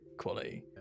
quality